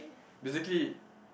basically